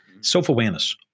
Self-awareness